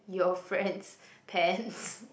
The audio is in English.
your friends' pants